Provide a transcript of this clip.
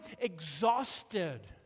exhausted